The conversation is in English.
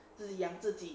自己养自己